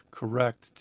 correct